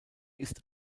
ist